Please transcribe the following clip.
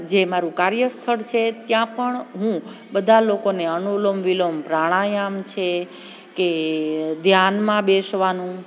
જે મારું કાર્યસ્થળ છે ત્યાં પણ હું બધા લોકોને અનુલોમ વિલોમ પ્રાણાયામ છે કે ધ્યાનમાં બેસવાનું